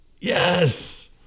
Yes